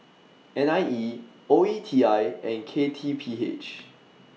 N I E O E T I and K T P H